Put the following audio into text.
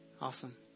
Awesome